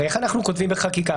הרי איך אנחנו כותבים בחקיקה?